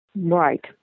Right